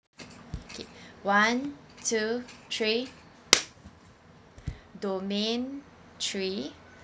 okay one two three domain three